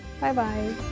Bye-bye